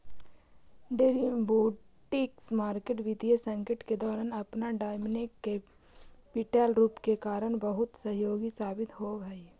derivatives market वित्तीय संकट के दौरान अपन डायनेमिक कैपिटल रूप के कारण बहुत सहयोगी साबित होवऽ हइ